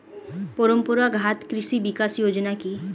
পরম্পরা ঘাত কৃষি বিকাশ যোজনা কি?